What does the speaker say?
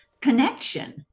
connection